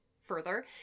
further